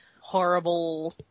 horrible